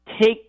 take